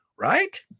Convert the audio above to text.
right